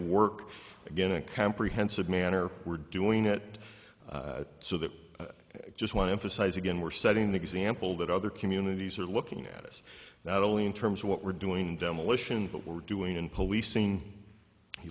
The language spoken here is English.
work again in a comprehensive manner we're doing it so that i just want to emphasize again we're setting an example that other communities are looking at is that only in terms of what we're doing in demolition what we're doing in policing you